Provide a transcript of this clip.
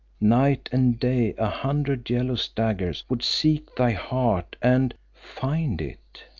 night and day a hundred jealous daggers would seek thy heart and find it.